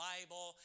Bible